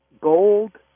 gold